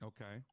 Okay